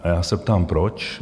A já se ptám proč?